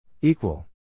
Equal